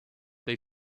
they